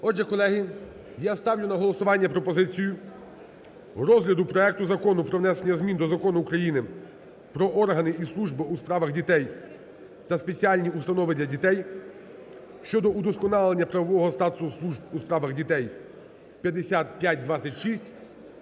Отже, колеги, я ставлю на голосування пропозицію розгляду проекту Закону про внесення змін до Закону України "Про органи і служби у справах дітей та спеціальні установи для дітей" (щодо удосконалення правового статусу служб у справах дітей) (5526),